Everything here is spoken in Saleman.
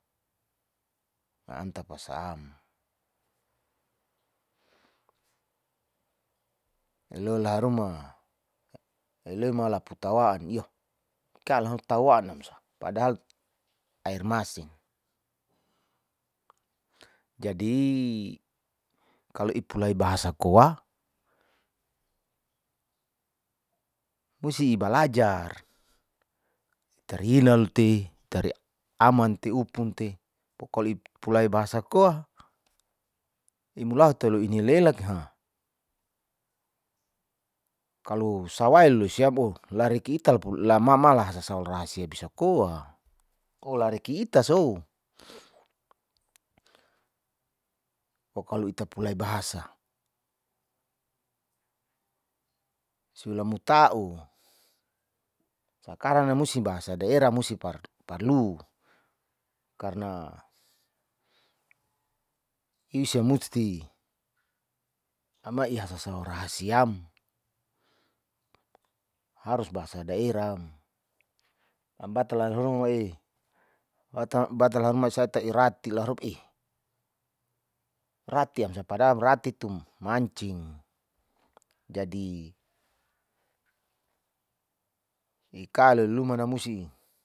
Anta pasam alola haruma ilena laputa wan yah, kala huan tawanam sah padahal air masin, jadi kalo ipulai bahasa koa musi inalajar tarina te, teri aman te upun te, pokolai ipulai bahasa koa imulau ti nialelak ha kalo sawai lusia boh larikital pulamamal hasa saul rahasia bisa koa oh lare kita sou o kalo itapulai bahasa, siali mutao sakaran namusi bahasa daerah musi parlu karna isia musti ama hasasau rahasiam harus bahasa daera, am batala rumae batala ruma sata erati halup eh ratim sapa rati tum mancing jadi ikalo luman na musi.